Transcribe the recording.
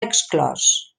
exclòs